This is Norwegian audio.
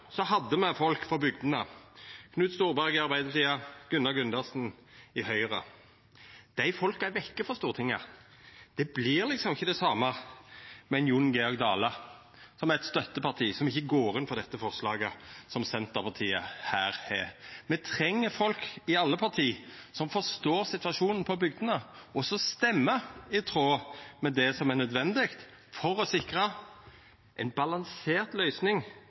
hadde me folk frå bygdene – Knut Storberget i Arbeidarpartiet, Gunnar Gundersen i Høgre. Dei folka er vekke frå Stortinget. Det vert liksom ikkje det same med ein Jon Georg Dale frå eit støtteparti som ikkje går inn for det forslaget som Senterpartiet her har. Me treng folk i alle parti som forstår situasjonen på bygdene, og som stemmer i tråd med det som er nødvendig for å sikra ei balansert løysing